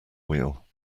wheel